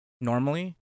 normally